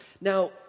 Now